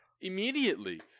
immediately